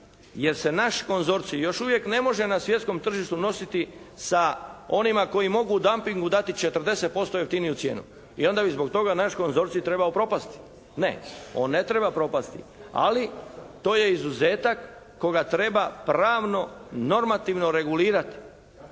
jer se naš konzorcij još uvijek ne može na svjetskom tržištu nositi sa onima koji mogu dumpingu dati 40% jeftiniju cijenu. I onda bi zbog toga naš konzorcij trebao propasti? Ne, on ne treba propasti. Ali to je izuzetak koga treba pravno normativno regulirati.